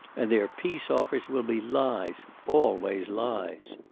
and their peace offers will be lies. always lies.